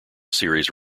series